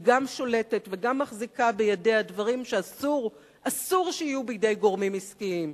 שולטת וגם מחזיקה בידיה דברים שאסור שיהיו בידי גורמים עסקיים,